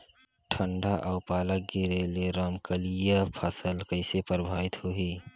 ठंडा अउ पाला गिरे ले रमकलिया फसल कइसे प्रभावित होही?